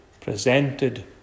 presented